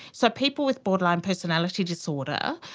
so people with borderline personality disorder,